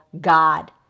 God